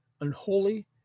unholy